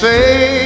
Say